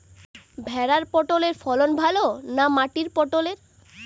ভেরার পটলের ফলন ভালো না মাটির পটলের?